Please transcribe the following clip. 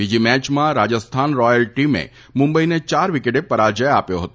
બીજી મેચમાં રાજસ્થાન રોયલ ટીમે મુંબઈને ચાર વિકેટે પરાજ્ય આપ્યો હતો